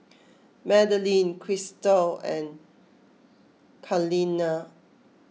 Madaline Christal and Kaleena